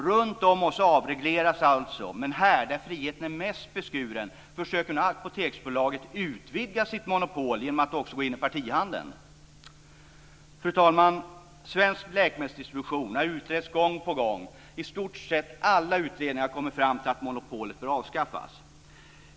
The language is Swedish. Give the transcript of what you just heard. Runtom oss avregleras alltså, men här, där friheten är mest beskuren, försöker nu Apoteksbolaget utvidga sitt monopol genom att också gå in i partihandeln. Fru talman! Svensk läkemedelsdistribution har utretts gång på gång. I stort sett alla utredningar har kommit fram till att monopolet bör avskaffas.